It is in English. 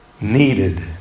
needed